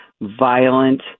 violent